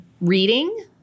Reading